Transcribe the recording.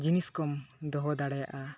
ᱡᱤᱱᱤᱥᱠᱚᱢ ᱫᱚᱦᱚ ᱫᱟᱲᱮᱭᱟᱜᱼᱟ